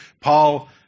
Paul